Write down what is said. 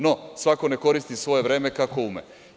No, svako nek koristi svoje vreme kako ume.